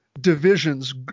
divisions